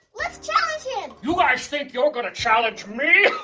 let's challenge him! you guys think you're gonna challenge me?